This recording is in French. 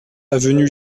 avenue